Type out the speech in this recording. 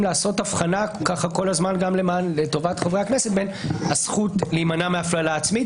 המשפטים לעשות הבחנה לטובת חברי הכנסת בין הזכות להימנע מהפללה עצמית